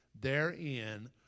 therein